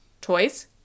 toys